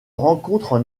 rencontrent